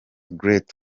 great